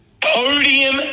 podium